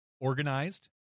Organized